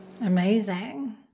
Amazing